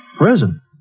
Prison